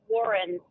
Warren